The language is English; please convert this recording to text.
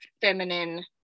feminine